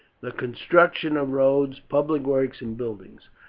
the construction of roads, public works, and buildings.